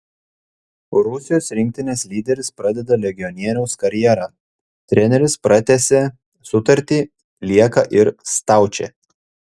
rusijos rinktinės lyderis pradeda legionieriaus karjerą treneris pratęsė sutartį lieka ir staučė